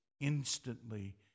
instantly